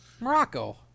Morocco